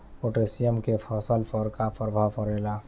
Potassium के फसल पर का प्रभाव पड़ेला?